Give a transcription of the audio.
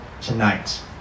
tonight